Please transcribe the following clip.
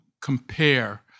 compare